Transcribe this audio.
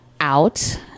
out